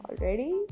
already